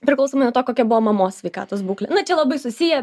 priklausomai nuo to kokia buvo mamos sveikatos būklė na čia labai susiję